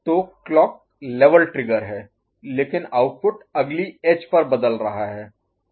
तो clock level स्तर trigger है लेकिन आउटपुट अगली एज पर बदल रहा है